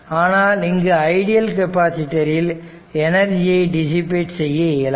ஆனால் இங்கு ideal capacitor ல் எனர்ஜியை டிசிபெட் செய்ய இயலாது